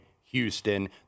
Houston